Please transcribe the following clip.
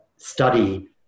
study